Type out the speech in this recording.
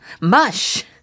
mush